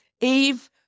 Eve